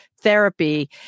therapy